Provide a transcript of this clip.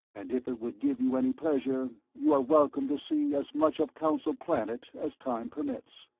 and if it would give you any pleasure, you are welcome to see as much of council planet as time permits.